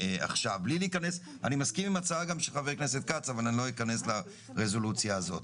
אני מסכים עם ההצעה של חבר הכנסת כץ אבל לא אכנס לרזולוציה הזאת.